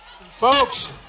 Folks